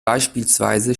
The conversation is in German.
beispielsweise